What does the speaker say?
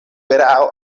erao